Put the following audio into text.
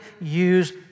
use